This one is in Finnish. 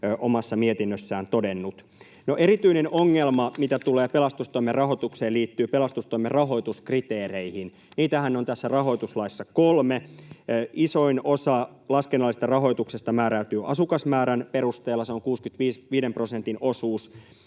omassa mietinnössään todennut. No, erityinen ongelma, mitä tulee pelastustoimen rahoitukseen, liittyy pelastustoimen rahoituskriteereihin. Niitähän on tässä rahoituslaissa kolme. Isoin osa laskennallisesta rahoituksesta määräytyy asukasmäärän perusteella, se on 65 prosentin osuus.